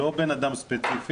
לא בן אדם ספציפי,